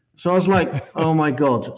so i was like, oh my god.